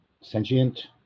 sentient